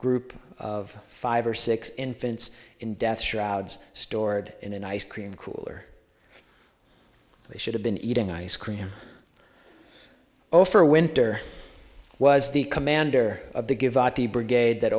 group of five or six infants in death shrouds stored in an ice cream cooler they should have been eating ice cream overwinter was the commander of the givati brigade that